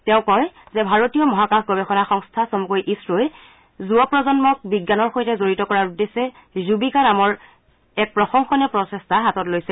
তেওঁ কয় যে ভাৰতীয় মহাকাশ গবেষণা সংস্থা চমুকৈ ইছৰো'ই যুৱ প্ৰজন্মক বিজ্ঞানৰ সৈতে জড়িত কৰাৰ উদ্দেশ্যে যুবিকা নামৰ এক প্ৰসংশনীয় প্ৰচেষ্টা হাতত লৈছে